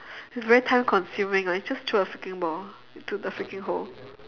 it's very time consuming lah you just throw a freaking ball into the freaking hole